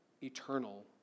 eternal